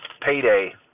payday